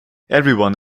everyone